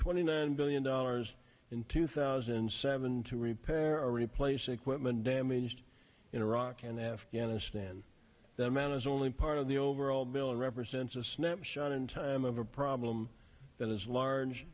twenty nine billion dollars in two thousand and seven to repair or replace equipment damaged in iraq and afghanistan the man is only part of the overall bill represents a snapshot in time of a problem that is large